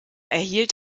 erhielt